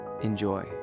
Enjoy